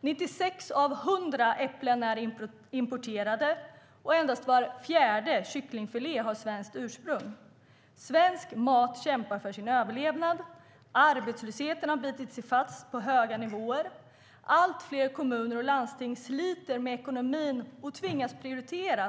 96 av 100 äpplen är importerade, och endast var fjärde kycklingfilé har svenskt ursprung. Svensk mat kämpar för sin överlevnad. Arbetslösheten har bitit sig fast på höga nivåer. Allt fler kommuner och landsting sliter med ekonomin och tvingas prioritera.